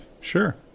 Sure